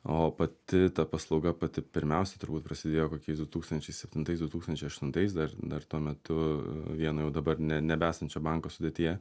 o pati ta paslauga pati pirmiausia turbūt prasidėjo kokiais du tūkstančiai septintais du tūkstančiai aštuntais dar dar tuo metu vieno jau dabar ne nebesančio banko sudėtyje